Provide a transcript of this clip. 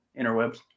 interwebs